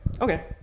Okay